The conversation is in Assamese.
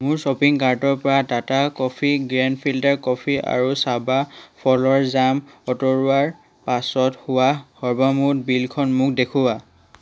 মোৰ শ্বপিং কাৰ্টৰ পৰা Tata coffee grand filter coffee আৰু চাবা ফলৰ জাম আঁতৰোৱাৰ পাছত হোৱা সৰ্বমুঠ বিলখন মোক দেখুওৱা